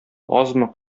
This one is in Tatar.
азмы